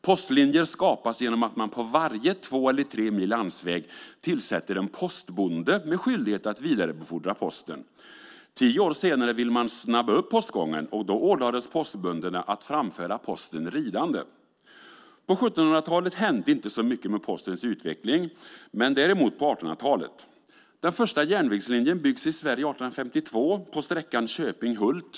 Postlinjer skapas genom att man på varje två eller tre mil landsväg tillsätter en postbonde med skyldighet att vidarebefordra posten. Tio år senare ville man snabba upp postgången, och då ålades postbönderna att framföra posten ridande. På 1700-talet hände det inte mycket med Postens utveckling, men det gjorde det däremot på 1800-talet. Den första järnvägslinjen byggs i Sverige 1852 på sträckan Köping-Hult.